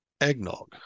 Eggnog